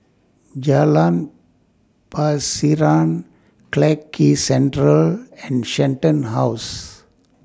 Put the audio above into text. Jalan Pasiran Clarke Quay Central and Shenton House